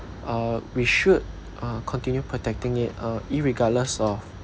uh we should uh continue protecting it uh irregardless of